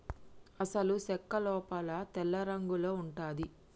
అసలు సెక్క లోపల తెల్లరంగులో ఉంటది